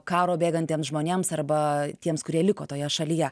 karo bėgantiems žmonėms arba tiems kurie liko toje šalyje